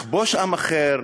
לכבוש עם אחר?